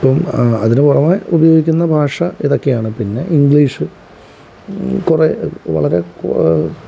ഇപ്പം അതിനു പുറമെ ഉപയോഗിക്കുന്ന ഭാഷ ഇതൊക്കെയാണ് പിന്നെ ഇംഗ്ലീഷ് കുറേ വളരെ